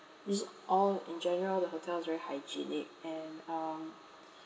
it's all in general the hotel is very hygienic and um